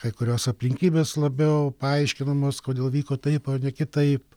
kai kurios aplinkybės labiau paaiškinamos kodėl vyko taip o ne kitaip